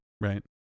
Right